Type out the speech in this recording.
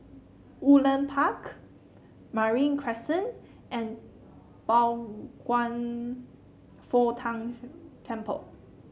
Woodleigh Park Marine Crescent and Pao Kwan Foh Tang Temple